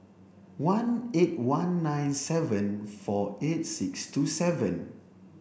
one eight one nine seven four eight six two seven